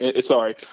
Sorry